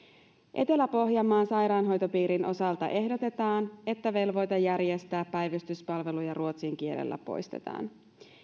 etelä pohjanmaan sairaanhoitopiirin osalta ehdotetaan että velvoite järjestää päivystyspalveluja ruotsin kielellä poistetaan